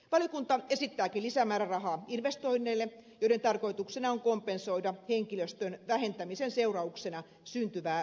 valiokunta esittääkin lisämäärärahaa investoinneille joiden tarkoituksena on kompensoida henkilöstön vähentämisen seurauksena syntyvää suorituskyvyn laskua